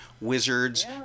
Wizards